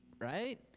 right